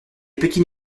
petits